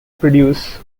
produce